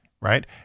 right